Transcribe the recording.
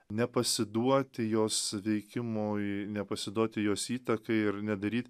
nepasiduoti jos veikimui nepasiduoti jos įtakai ir nedaryt